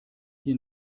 hier